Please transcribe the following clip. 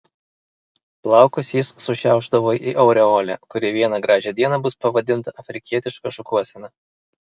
plaukus jis sušiaušdavo į aureolę kuri vieną gražią dieną bus pavadinta afrikietiška šukuosena